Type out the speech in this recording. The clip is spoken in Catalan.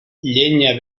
llenya